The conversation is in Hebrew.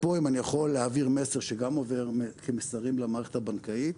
פה אם אני יכול להעביר מסר שגם עובר כמסרים למערכת הבנקאית,